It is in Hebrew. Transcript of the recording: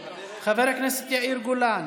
חבר הכנסת יאיר גולן,